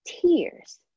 tears